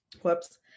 whoops